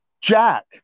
jack